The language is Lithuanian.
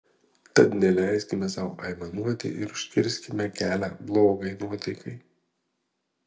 tad neleiskime sau aimanuoti ir užkirskime kelią blogai nuotaikai